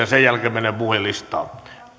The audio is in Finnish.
sen jälkeen mennään puhujalistaan